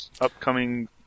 upcoming